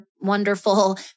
wonderful